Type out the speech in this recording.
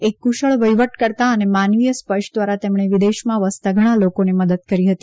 એક કુશળ વહીવટકર્તા અને માનવીય સ્પર્શ દ્વારા તેમણે વિદેશમાં વસતા ઘણા લોકોને મદદ કરી હતી